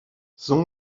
son